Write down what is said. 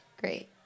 Great